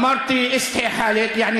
אמרתי (אומר בערבית ומתרגם:) יעני,